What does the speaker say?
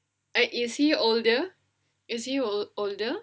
and is he older is he older